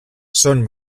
són